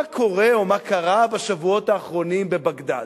מה קורה או מה קרה בשבועות האחרונים בבגדד.